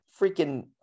freaking